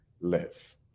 live